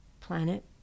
planet